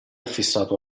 fissato